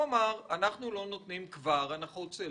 הוא אמר: אנחנו כבר לא נותנים הנחות סלב,